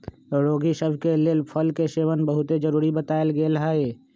रोगि सभ के लेल फल के सेवन बहुते जरुरी बतायल गेल हइ